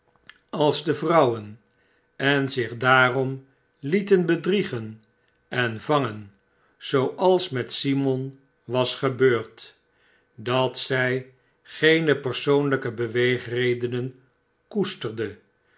als de vrouwen en zich daarom lieten bedriegen en vangen zooals met simon was gebeurd dat zij geene persoonlijke beweegredenen koesterde